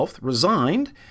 resigned